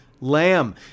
lamb